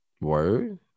Word